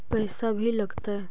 पैसा भी लगतय?